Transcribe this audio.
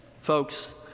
Folks